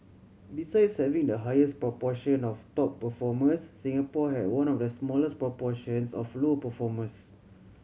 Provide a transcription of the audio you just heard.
besides having the highest proportion of top performers Singapore had one of the smallest proportions of low performers